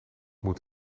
moed